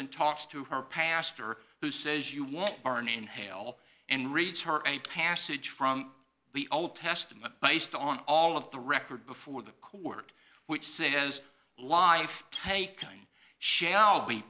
and talks to her pastor who says you won't burn in hail and reads her a passage from the old testament based on all of the record before the court which says life taken shall be